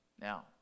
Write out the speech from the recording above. Now